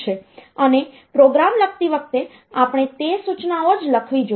અને પ્રોગ્રામ લખતી વખતે આપણે તે સૂચનાઓ જ લખવી જોઈએ